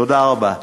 תודה רבה.